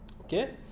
okay